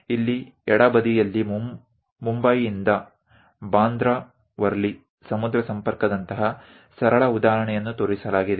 ಇಲ್ಲಿ ಎಡ ಬದಿಯಲ್ಲಿ ಮುಂಬಯಿಯಿಂದ ಬಂದ್ರಾ ವರ್ಲಿ ಸಮುದ್ರ ಸಂಪರ್ಕದಂತಹ ಸರಳ ಉದಾಹರಣೆಯನ್ನು ತೋರಿಸಲಾಗಿದೆ